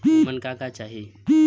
उमन का का चाही?